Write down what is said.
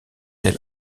elle